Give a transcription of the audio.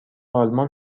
آلمان